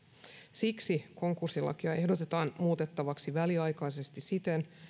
siksi konkurssilakia ehdotetaan muutettavaksi väliaikaisesti siten